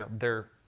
they're